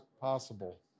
possible